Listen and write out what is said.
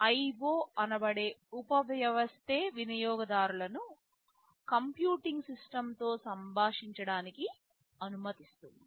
IO అనబడే ఉపవ్యవస్థ వినియోగదారులను కంప్యూటింగ్ సిస్టమ్తో సంభాషించడానికి అనుమతిస్తుంది